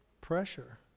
Pressure